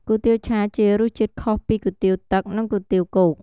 គុយទាវឆាជារសជាតិខុសពីគុយទាវទឹក និងគុយទាវគោក។